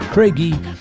Craigie